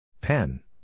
Pen